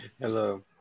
Hello